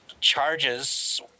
charges